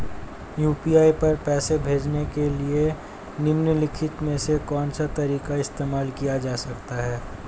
UPI पर पैसे भेजने के लिए निम्नलिखित में से कौन सा तरीका इस्तेमाल किया जा सकता है?